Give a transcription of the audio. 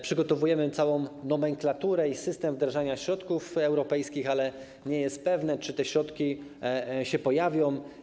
Przygotowujemy całą nomenklaturę i system wdrażania środków europejskich, ale nie jest pewne, czy te środki się pojawią.